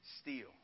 steel